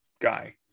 guy